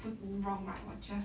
look wrong right 我 just